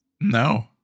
No